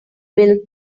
build